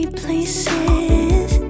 places